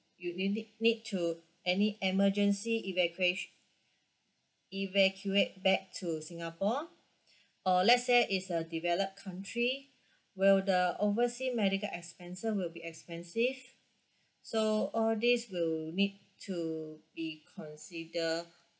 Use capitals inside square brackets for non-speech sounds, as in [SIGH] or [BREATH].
you you need need to any emergency evacuatio~ evacuate back to singapore [BREATH] or let's say it's a developed country will the overseas medical expenses will be expensive so all these will need to be consider